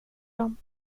dem